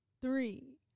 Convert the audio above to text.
three